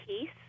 peace